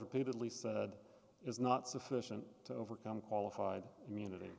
repeatedly said is not sufficient to overcome qualified immunity